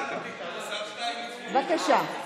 בבקשה.